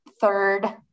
third